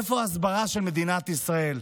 איפה ההסברה של מדינת ישראל?